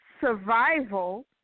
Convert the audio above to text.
survival